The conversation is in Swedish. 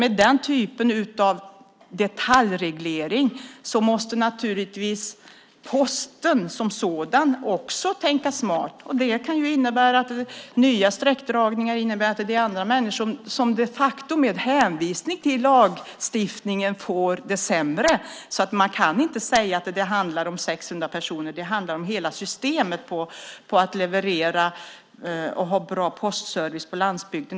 Med den typen av detaljreglering måste Posten också tänka smart. Nya sträckdragningar gjorda med hänvisning till lagstiftningen kan innebära att andra människor får det sämre. Det går inte att säga att det handlar om 600 personer utan det handlar om hela systemet att leverera bra postservice på landsbygden.